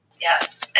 Yes